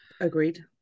Agreed